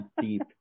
deep